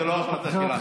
זו לא החלטה שלנו.